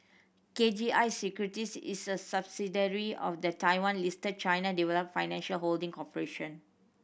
K G I Securities is a subsidiary of the Taiwan Listed China Development Financial Holding Corporation